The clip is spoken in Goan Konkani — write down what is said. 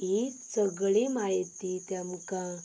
ही सगळी म्हायती तेमकां